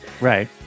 right